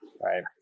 right